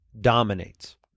dominates